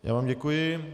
Já vám děkuji.